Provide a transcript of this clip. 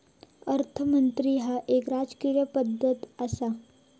अर्थमंत्री ह्या एक राजकीय पद आसा